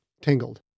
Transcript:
tingled